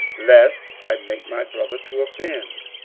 lest i make my brother to offend.